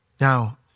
Now